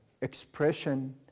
expression